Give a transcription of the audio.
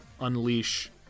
unleash